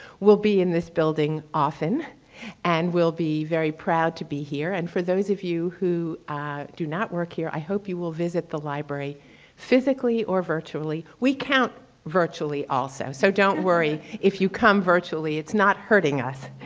will be in this building often and will be very proud to be here. and for those of you who do not work here, i hope you will visit the library physically or virtually. we count virtually also so don't worry if you come virtually, it's not hurting us.